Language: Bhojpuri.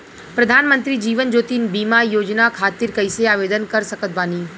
प्रधानमंत्री जीवन ज्योति बीमा योजना खातिर कैसे आवेदन कर सकत बानी?